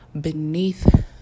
beneath